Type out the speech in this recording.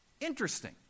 Interesting